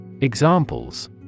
Examples